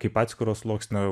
kaip atskiro sluoksnio